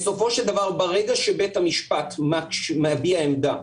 בסופו של דבר ברגע שבית המשפט מביע עמדה,